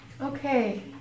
Okay